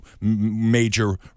major